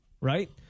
right